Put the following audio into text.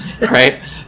right